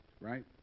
Right